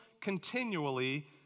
continually